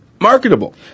Marketable